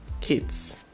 kids